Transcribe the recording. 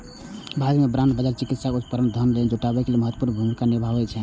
भारत मे बांड बाजार विकासात्मक उपक्रम लेल धन जुटाबै मे महत्वपूर्ण भूमिका निभाबै छै